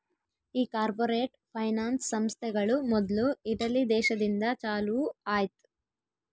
ಈ corporate finance ಸಂಸ್ಥೆಗಳು ಮೊದ್ಲು ಇಟಲಿ ದೇಶದಿಂದ ಚಾಲೂ ಆಯ್ತ್